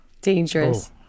Dangerous